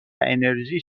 انرژی